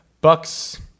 Bucks